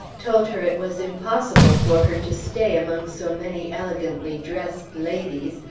told her it was impossible for her to stay among so many elegantly dressed ladies,